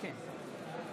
ובכן, אנחנו עוברים